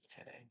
Okay